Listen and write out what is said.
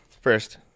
first